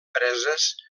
preses